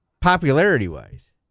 popularity-wise